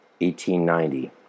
1890